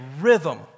rhythm